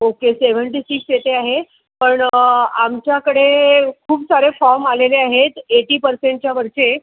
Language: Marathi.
ओके सेव्हंटी सिक्स येते आहे पण आमच्याकडे खूप सारे फॉर्म आलेले आहेत एटी पर्सेंटच्यावरचे